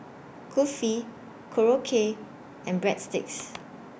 Kulfi Korokke and Breadsticks